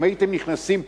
אם אתם הייתם נכנסים פנימה,